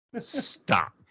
stop